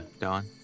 Dawn